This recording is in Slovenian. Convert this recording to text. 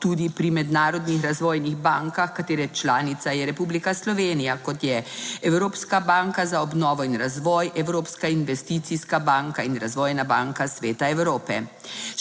tudi pri mednarodnih razvojnih bankah, katere članica je Republika Slovenija, kot je Evropska banka za obnovo in razvoj, Evropska investicijska banka in Razvojna banka Sveta Evrope.